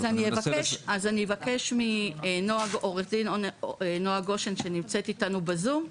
אז אני אבקש מעו"ד נועה גושן שנמצאת איתנו בזום,